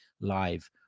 live